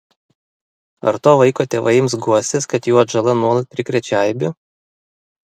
ar to vaiko tėvai ims guostis kad jų atžala nuolat prikrečia eibių